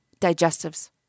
Digestives